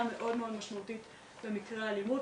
מאוד מאוד משמעותית במקרי האלימות,